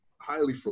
highly